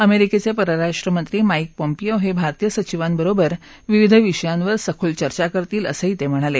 अमेरिकेचे परराष्ट्रमंत्री Mike Pompeo हे भारतीय सचिवांबरोबर विविध विषयांवर सखोल चर्चा करतील असंही ते म्हणाले